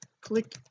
click